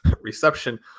reception